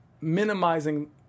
minimizing